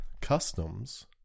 customs